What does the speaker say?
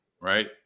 right